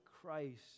Christ